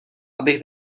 abych